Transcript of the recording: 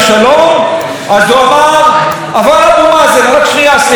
אבו מאזן עומד פה על הדוכן או נתניהו עומד פה על הדוכן?